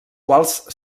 quals